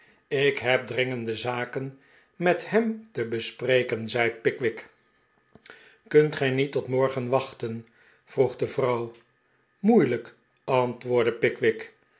ik heb dringende zaken met hem te bespreken zei pickwick kunt gij niet tot morgen wachten vroeg de vrouw moeilijk antwoordde pickwick